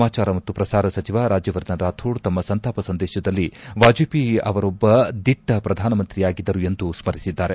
ಸಮಾಚಾರ ಮತ್ತು ಪ್ರಸಾರ ಸಚಿವ ರಾಜ್ಯವರ್ಧನ್ ರಾಥೋಡ್ ತಮ್ನ ಸಂತಾಪ ಸಂದೇಶದಲ್ಲಿ ವಾಜಪೇಯಿ ಅವರೊಬ್ಬ ದಿಟ್ಟ ಪ್ರಧಾನಮಂತ್ರಿಯಾಗಿದ್ದರು ಎಂದು ಸ್ಟರಿಸಿದ್ದಾರೆ